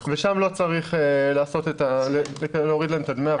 שם לא צריך להוריד להם את דמי האבטלה.